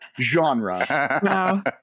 genre